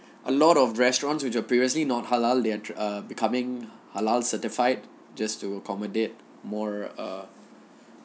a lot of restaurants which were previously non halal they are uh becoming halal certified just to accommodate more ah